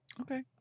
Okay